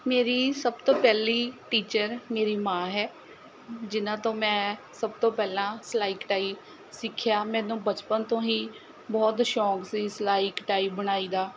ਮੇਰੀ ਸਭ ਤੋਂ ਪਹਿਲੀ ਟੀਚਰ ਮੇਰੀ ਮਾਂ ਹੈ ਜਿਹਨਾਂ ਤੋਂ ਮੈਂ ਸਭ ਤੋਂ ਪਹਿਲਾਂ ਸਿਲਾਈ ਕਢਾਈ ਸਿੱਖਿਆ ਮੈਨੂੰ ਬਚਪਨ ਤੋਂ ਹੀ ਬਹੁਤ ਸ਼ੌਂਕ ਸੀ ਸਿਲਾਈ ਕਢਾਈ ਬੁਣਾਈ ਦਾ